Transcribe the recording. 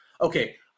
okay